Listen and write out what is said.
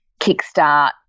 kickstart